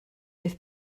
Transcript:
beth